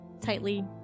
tightly